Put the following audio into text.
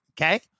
Okay